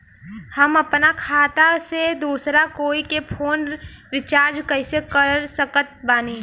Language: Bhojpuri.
हम अपना खाता से दोसरा कोई के फोन रीचार्ज कइसे कर सकत बानी?